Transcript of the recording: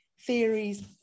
Theories